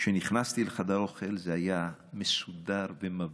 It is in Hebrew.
כשנכנסתי לחדר האוכל זה היה מסודר ומבריק.